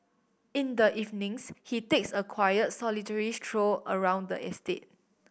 in the evenings he takes a quiet solitary stroll around the estate